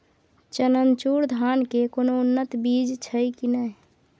चननचूर धान के कोनो उन्नत बीज छै कि नय?